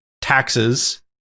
taxes